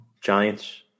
Giants